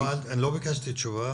לא ביקשתי תשובה